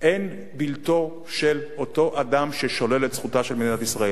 אין בלתו של אותו אדם ששולל את זכותה של מדינת ישראל.